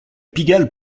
pigalle